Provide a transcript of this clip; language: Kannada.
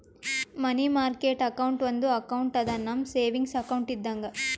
ಮನಿ ಮಾರ್ಕೆಟ್ ಅಕೌಂಟ್ ಒಂದು ಅಕೌಂಟ್ ಅದಾ, ನಮ್ ಸೇವಿಂಗ್ಸ್ ಅಕೌಂಟ್ ಇದ್ದಂಗ